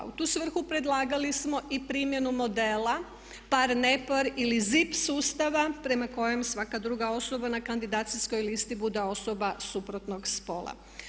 U tu svrhu predlagali smo i primjenu modela par nepar ili zip sustava prema kojem svaka druga osoba na kandidacijskoj listi bude osoba suprotnog spola.